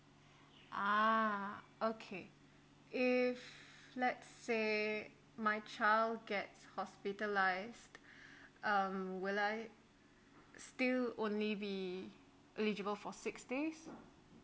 ah okay if let say my child gets hospitalised um will I still only be eligible for six days